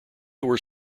were